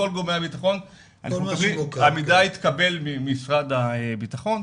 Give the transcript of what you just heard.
כל גורמי הבטחון, המידע התקבל ממשרד הבטחון.